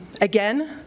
again